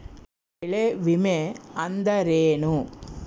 ಬೆಳೆ ವಿಮೆ ಅಂದರೇನು?